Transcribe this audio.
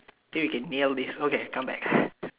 I think we can nail this okay comeback